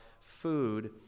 food